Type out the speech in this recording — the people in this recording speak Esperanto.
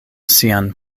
sian